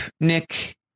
Nick